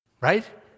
Right